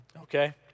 okay